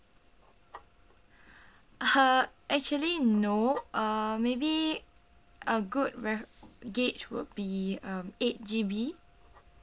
uh actually no uh maybe a good ref~ gauge would be uh eight G_B